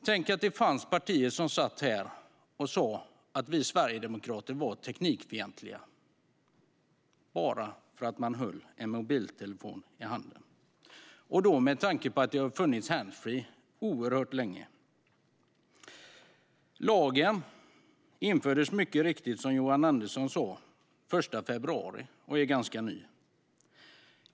Tänk att det fanns partier som satt här och sa att vi sverigedemokrater var teknikfientliga - det handlade då om att hålla en mobiltelefon i handen! Då hade handsfree funnits oerhört länge. Lagen infördes mycket riktigt, som Johan Andersson sa, den 1 februari och är alltså ganska ny.